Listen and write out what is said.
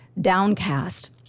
downcast